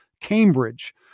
Cambridge